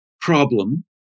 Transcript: problem